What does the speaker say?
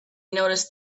noticed